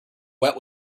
wet